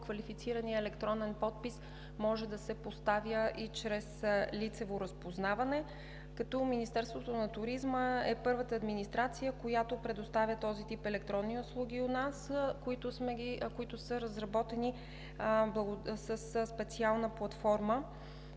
квалифицирания електронен подпис може да се поставя и чрез лицево разпознаване. Министерството на туризма е първата администрация, която предоставя този тип електронни услуги у нас, които са разработени със специална платформа.